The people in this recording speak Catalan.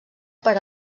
per